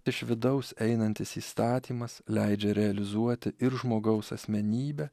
iš vidaus einantis įstatymas leidžia realizuoti ir žmogaus asmenybę